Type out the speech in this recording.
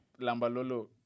Lambalolo